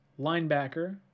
linebacker